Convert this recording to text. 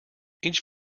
each